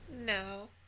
No